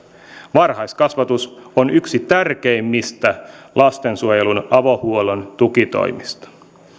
varhaiskasvatus on yksi tärkeimmistä lastensuojelun avohuollon tukitoimista